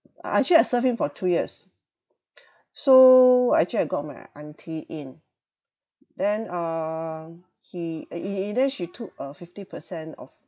I actually I served him for two years so actually I got my auntie in then um he he he then she took uh fifty percent of